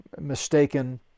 mistaken